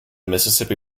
mississippi